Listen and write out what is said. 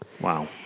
Wow